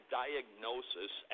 diagnosis